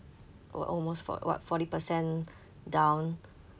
al~ almost fo~ what forty percent down